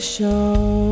show